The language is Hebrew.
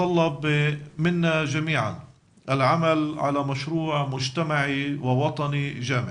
אני תוהה מתי נפסיק לקיים את הדיונים האלו ומתי יהיו